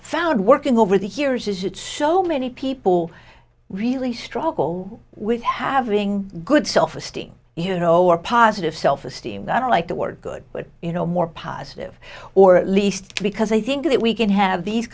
found working over the years is that so many people really struggle with having good self esteem you know or positive self esteem that i don't like the word good but you know more positive or at least because i think that we can have these